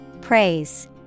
Praise